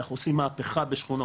אנחנו עושים מהפכה בשכונות,